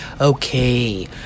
Okay